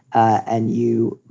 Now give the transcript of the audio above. and you